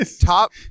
Top